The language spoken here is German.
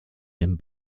dem